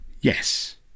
yes